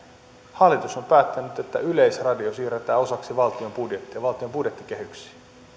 hallitus on päättänyt että yleisradio siirretään osaksi valtion budjettia valtion budjettikehyksiin